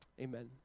amen